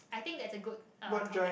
I think that's a good uh topic